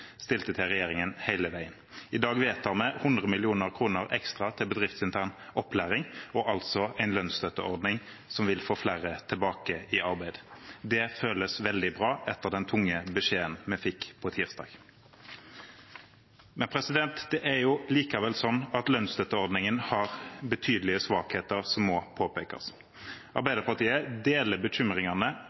stilte til regjeringen hele veien. I dag vedtar vi 100 mill. kr ekstra til bedriftsintern opplæring og altså en lønnsstøtteordning som vil få flere tilbake i arbeid. Det føles veldig bra etter den tunge beskjeden vi fikk på tirsdag. Det er likevel slik at lønnsstøtteordningen har betydelige svakheter som må påpekes. Arbeiderpartiet deler bekymringene